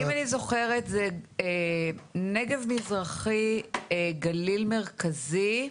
אם אני זוכרת נכון, זה נגב מזרחי, גליל מרכזי.